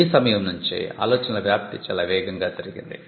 ఈ సమయం నుంచే ఆలోచనల వ్యాప్తి చాలా వేగంగా జరిగింది